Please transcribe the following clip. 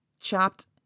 chopped